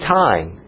time